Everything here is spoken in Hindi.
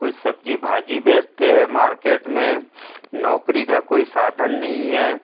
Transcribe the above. कोई सब्ज़ी भाजी बेचते हैं मार्केट में नौकरी का कोई साधन नहीं है